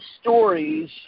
stories